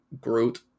Groot